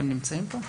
הם נמצאים פה?